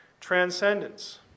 Transcendence